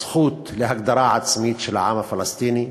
הזכות להגדרה עצמית של העם הפלסטיני,